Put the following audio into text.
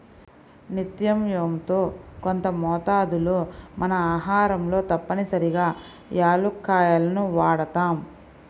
నిత్యం యెంతో కొంత మోతాదులో మన ఆహారంలో తప్పనిసరిగా యాలుక్కాయాలను వాడతాం